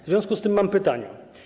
W związku z tym mam pytania.